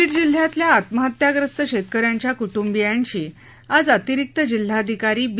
बीड जिल्ह्यातल्या आत्महत्याप्रस्त शेतकऱ्यांच्या कुटुंबियांशी आज अतिरिक्त जिल्हाधिकारी बी